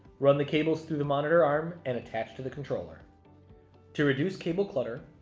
run the cables through the monitor arm and attach to the controller to reduce cable clutter.